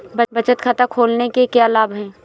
बचत खाता खोलने के क्या लाभ हैं?